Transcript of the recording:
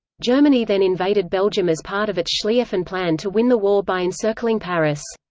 germany then invaded belgium as part of its schlieffen plan to win the war by encircling paris.